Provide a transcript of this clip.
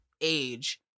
age